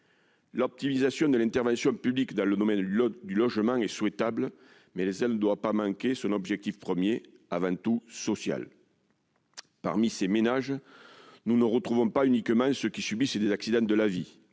L'optimisation de l'intervention publique dans le domaine du logement est souhaitable, mais elle ne doit pas manquer son objectif premier, qui est avant tout social. Parmi ces ménages, nous ne retrouvons pas uniquement ceux qui subissent des accidents de la vie.